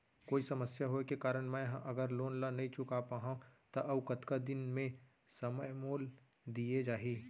कोई समस्या होये के कारण मैं हा अगर लोन ला नही चुका पाहव त अऊ कतका दिन में समय मोल दीये जाही?